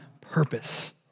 purpose